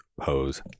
pose